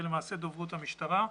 זו למעשה דוברות המשטרה.